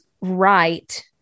right